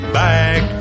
back